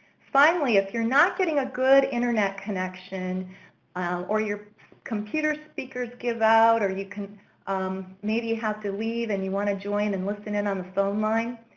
finally, if you're not getting a good internet connection or your computer speakers give out, or you um maybe have to leave and you want to join and listen in on the phone line.